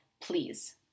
please